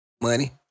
money